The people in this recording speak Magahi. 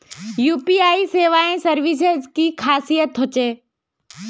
यु.पी.आई सेवाएँ या सर्विसेज की खासियत की होचे?